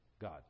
God